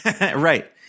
Right